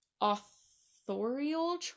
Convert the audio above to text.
authorial